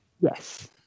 Yes